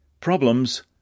Problems